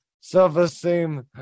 self-esteem